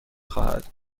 خواهد